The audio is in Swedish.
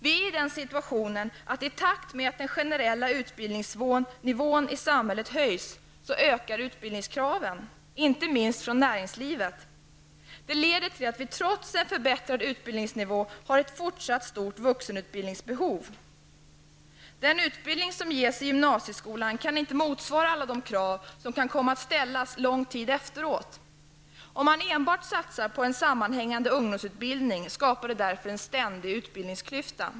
Vi är i den situationen att i takt med att den generella utbildningsnivån i samhället höjs så ökar utbildningskraven, inte minst från näringslivet. Det leder till att vi trots en förbättrad utbildningsnivå har ett fortsatt stort vuxenutbildningsbehov. Den utbildning som ges i gymnasieskolan kan inte motsvara alla de krav som kan komma att ställas lång tid efteråt. Om man enbart satsar på en sammanhängande ungdomsutbildning skapar man därför en ständig utbildningsklyfta.